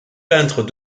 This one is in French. peintre